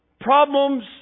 problems